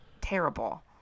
terrible